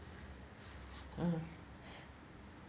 uh